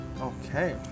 Okay